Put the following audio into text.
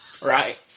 Right